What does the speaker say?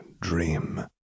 dream